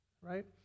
right